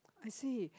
I see